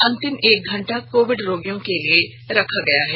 अंतिम एक घंटा कोविड रोगियों के लिए रखा गया है